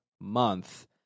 month